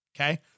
Okay